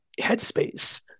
headspace